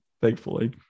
thankfully